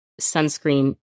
Sunscreen